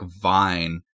vine